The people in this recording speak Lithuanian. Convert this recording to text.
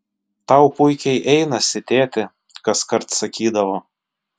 tau puikiai einasi tėti kaskart sakydavo